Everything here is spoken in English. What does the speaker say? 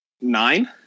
Nine